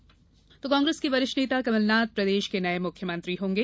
कमलनाथ शपथ कांग्रेस के वरिष्ठ नेता कमलनाथ प्रदेश के नये मुख्यमंत्री होंगे